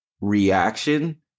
reaction